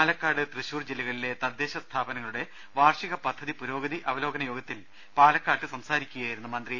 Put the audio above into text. പാലക്കാട് തൃശൂർ ജില്ലകളിലെ തദ്ദേശ സ്ഥാപനങ്ങളുടെ വാർഷിക പദ്ധതി പുരോഗതി അവലോകന യോഗത്തിൽ പാലക്കാട് സംസാരിക്കുകയായിരുന്നു മന്ത്രി